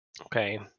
Okay